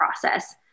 process